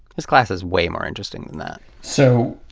his class is way more interesting than that. so